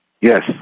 Yes